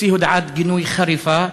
הוציא הודעת גינוי חריפה,